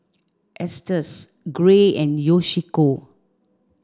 Estes Gray and Yoshiko